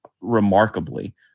remarkably